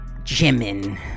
jimin